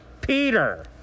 Peter